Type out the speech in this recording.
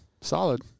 Solid